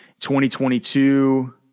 2022